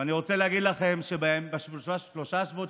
אני רוצה להגיד לכם שבשלושת השבועות